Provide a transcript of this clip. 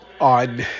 on